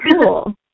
cool